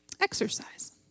Exercise